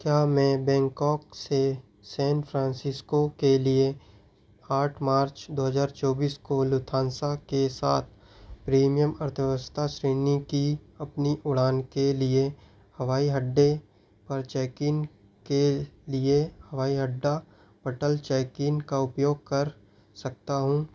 क्या मैं बैंकॉक से सैन फ्रांसिस्को के लिए आठ मार्च दो हज़ार चौबीस को लूथान्सा के साथ प्रीमियम अर्थव्यवस्था श्रेणी की अपनी उड़ान के लिए हवाई अड्डे पर चेकइन के लिए हवाई अड्डा पटल चेकइन का उपयोग कर सकता हूँ